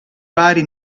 vari